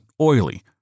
oily